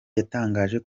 yatangaje